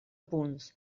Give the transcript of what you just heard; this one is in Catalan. punts